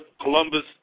Columbus